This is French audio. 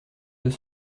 deux